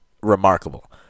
remarkable